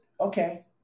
okay